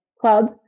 club